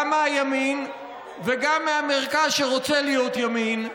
גם מהימין וגם מהמרכז שרוצה להיות ימין,